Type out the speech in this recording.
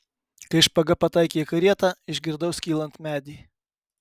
kai špaga pataikė į karietą išgirdau skylant medį